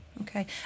okay